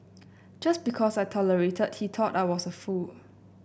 just because I tolerated he thought I was a fool